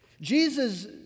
Jesus